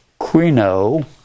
quino